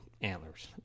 antlers